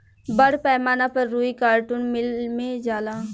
बड़ पैमाना पर रुई कार्टुन मिल मे जाला